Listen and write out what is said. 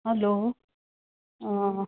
hello